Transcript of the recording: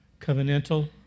covenantal